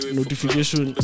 notification